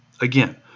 Again